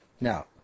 Now